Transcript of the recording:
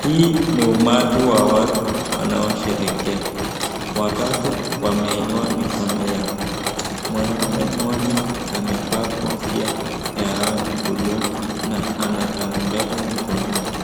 Hii ni umati wa watu wanaosherehekea. Watatu wameinua mikono yao. Mwanume mmoja amevaa kofia ya rangi buluu na ana tarubeta mkononi.